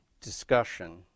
discussion